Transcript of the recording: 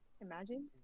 Imagine